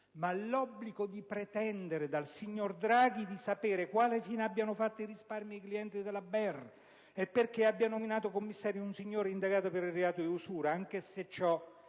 ha l'obbligo di pretendere dal signor Draghi di conoscere quale fine abbiano fatto i risparmi dei clienti della BER e perché abbia nominato commissario un signore indagato per il reato di usura, anche se ciò